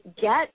get